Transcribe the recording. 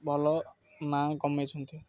ଭଲ ନାଁ କମେଇଛନ୍ତି